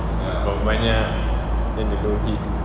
berapa banyak then the low heat